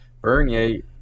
Bernier